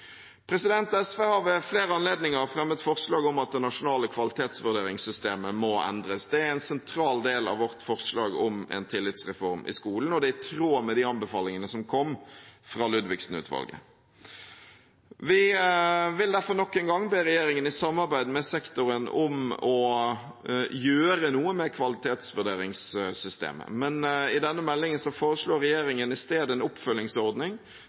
SV har ved flere anledninger fremmet forslag om at det nasjonale kvalitetsvurderingssystemet må endres. Det er en sentral del av vårt forslag om en tillitsreform i skolen, og det er i tråd med de anbefalingene som kom fra Ludvigsen-utvalget. Vi vil derfor nok en gang be regjeringen i samarbeid med sektoren om å gjøre noe med kvalitetsvurderingssystemet. Men i denne meldingen foreslår regjeringen i stedet en oppfølgingsordning,